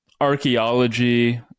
archaeology